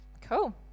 Cool